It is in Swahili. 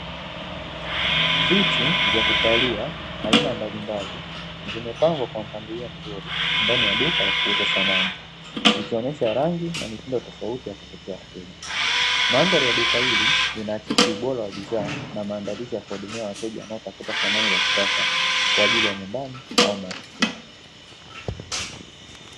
Viti vya kukalia aina mbalimbali vimepangwa kwa mpangilio mzuri ndani ya duka la kuuza samani, ikionyesha rangi na mitindo tofauti ya kuvutia wateja. Mandhari ya duka hili linaakisi ubora wa bidhaa na maandalizi ya kuwahudumia wateja wanaotafuta samani za kisasa kwa ajili ya nyumbani au maofisini.